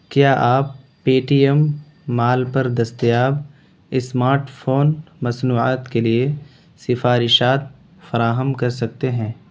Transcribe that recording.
کیا آپ Paytm mall پر دستیاب اسمارٹ فون مصنوعات کے لیے سفارشات فراہم کر سکتے ہیں